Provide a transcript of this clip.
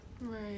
Right